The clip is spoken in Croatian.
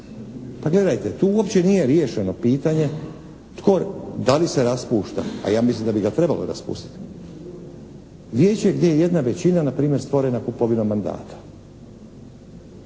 Pa gledajte tu uopće nije riješeno pitanje tko, da li se raspušta, a ja mislim da bi ga trebalo raspustiti. Vijeće gdje je jedna većina na primjer stvorena kupovinom mandata.